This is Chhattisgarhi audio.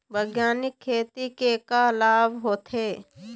बैग्यानिक खेती के का लाभ होथे?